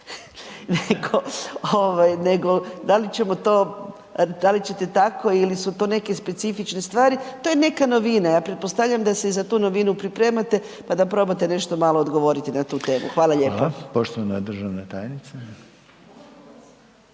da li ćete tako ili su to neke specifične stvari? To je neka novina, ja pretpostavljam da se i za tu novinu pripremate pa da probate nešto malo odgovoriti na tu temu. Hvala lijepo. **Reiner, Željko (HDZ)** Hvala. Poštovana državna tajnice.